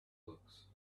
looks